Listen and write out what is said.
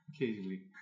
Occasionally